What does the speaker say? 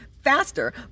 faster